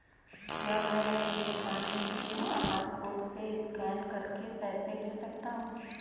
क्या मैं अपनी दुकान में क्यू.आर कोड से स्कैन करके पैसे ले सकता हूँ?